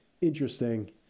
interesting